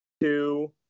two